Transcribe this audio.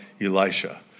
Elisha